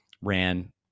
ran